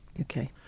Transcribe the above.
Okay